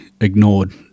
ignored